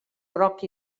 groc